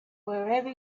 wherever